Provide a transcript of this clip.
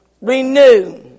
Renew